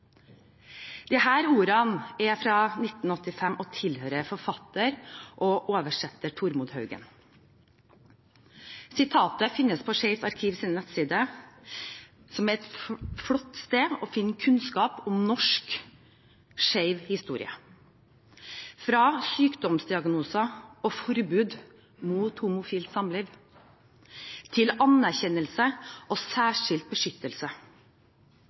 ordene er fra 1985 og tilhører forfatter og oversetter Tormod Haugen. Sitatet finnes på Skeivt arkivs nettside – et flott sted å finne kunnskap om norsk skeiv historie: fra sykdomsdiagnose og forbud mot homofilt samliv til anerkjennelse og særskilt beskyttelse.